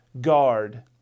guard